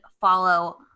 follow